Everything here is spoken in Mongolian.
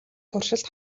туршилт